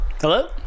Hello